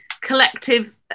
collective